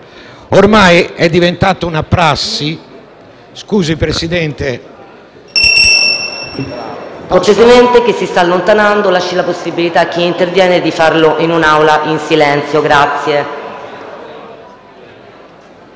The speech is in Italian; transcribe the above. Ormai è diventata una prassi.